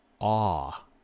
awe